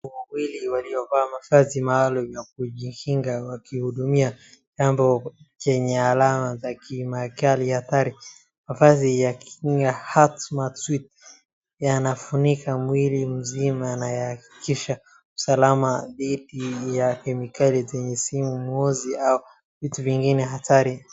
Watu wawili waliovaa mavazi maalu ya kujikinga wakihudumia chambo chenye alama ya kemikali hatari. Mavazi ni ya Hazmant suit yanafunika mwili mzima na yanahakikisha usalama dhidi ya kemikali zenye simuzi au vitu vingine hatari.